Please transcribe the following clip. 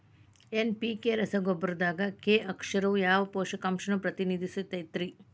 NPK ರಸಗೊಬ್ಬರದಾಗ K ಅಕ್ಷರವು ಯಾವ ಪೋಷಕಾಂಶವನ್ನ ಪ್ರತಿನಿಧಿಸುತೈತ್ರಿ?